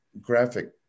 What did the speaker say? graphic